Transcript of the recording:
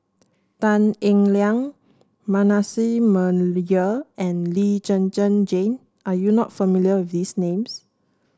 Tan Eng Liang Manasseh Meyer and Lee Zhen Zhen Jane are you not familiar with these names